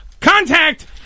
contact